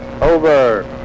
Over